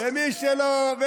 חבר הכנסת מנסור עבאס.